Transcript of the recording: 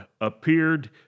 appeared